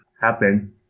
happen